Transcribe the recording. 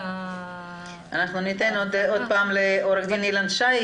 ניתן עוד פעם לעו"ד אילן שי,